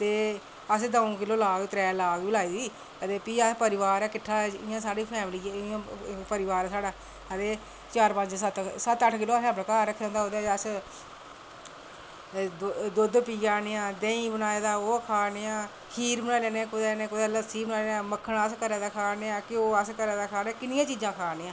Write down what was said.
ते असैं दऊं किलो लाग त्रै किलो लाग बी लाई दी ते फ्ही साढ़े परिवार ऐ किट्ठा साढ़ी फैमली परिवार ऐ साढ़ा ते सत्त अट्ठ किलो असैं अपनै घर रक्खे दा होंदा ओह्दै च अस दुद्द पिया ने आं देहीं बना दा आं खीर बनाने होन्ने आं कुदै लस्सी मक्खन अस घरे दा खन्ने आं घ्यो अस घरे दा खा ने आं किन्नियां चीजां अस घरे दियां खा ने आं